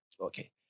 Okay